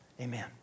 Amen